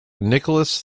nicholas